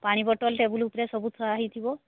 ପାଣି bottle table ଉପରେ ସବୁ ଥୁଆ ହୋଇଥିବ